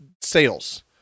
sales